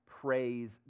Praise